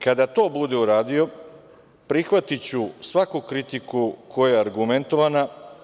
Kada to bude uradio, prihvatiću svaku kritiku koja je argumentovana.